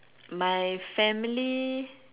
my family